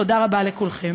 תודה רבה לכולכם.